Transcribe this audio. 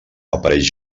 apareix